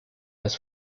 las